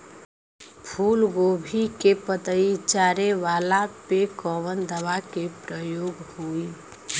फूलगोभी के पतई चारे वाला पे कवन दवा के प्रयोग होई?